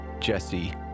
Jesse